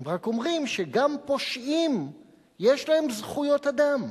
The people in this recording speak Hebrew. הם רק אומרים שגם פושעים יש להם זכויות אדם.